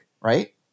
right